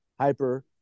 hyper